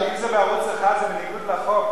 אם זה בערוץ-1 זה בניגוד לחוק,